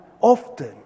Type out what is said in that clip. often